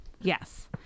Yes